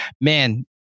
man